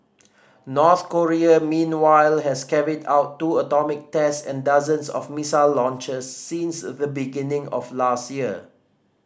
North Korea meanwhile has carried out two atomic test and dozens of missile launches since the beginning of last year